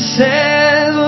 says